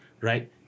Right